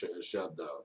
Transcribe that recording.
shutdown